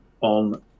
on